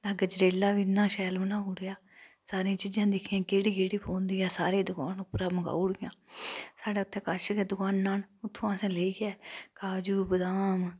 तां गजरेला बी इन्ना शैल बनाई ओड़ी सारी चीजां दिक्खियां केह्डी केह्डी पौंदी सारी दुकान उप्परां मंगाई ओड़ी साढ़ै उत्थै कच्छ गै दुकानां न उत्थुआं असें लेइयै काजू बदाम